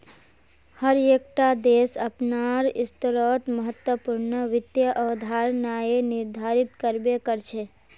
हर एक टा देश अपनार स्तरोंत महत्वपूर्ण वित्त अवधारणाएं निर्धारित कर बे करछे